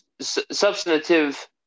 substantive